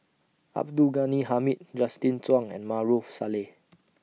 Abdul Ghani Hamid Justin Zhuang and Maarof Salleh